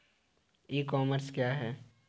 ई commerce क्या है?